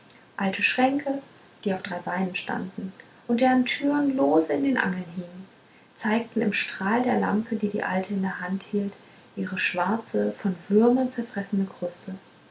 alte schränke die auf drei beinen standen und deren türen lose in den angeln hingen zeigten im strahl der lampe die die alte in der hand hielt ihre schwarze von würmern zerfressene kruste